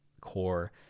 core